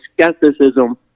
skepticism